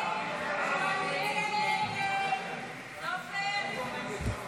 הסתייגות 57 לא נתקבלה.